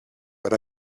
but